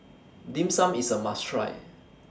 Dim Sum IS A must Try